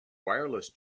wireless